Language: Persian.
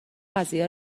قضیه